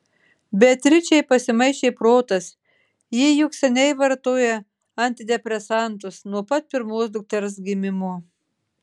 beatričei pasimaišė protas ji juk seniai vartoja antidepresantus nuo pat pirmos dukters gimimo